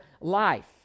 life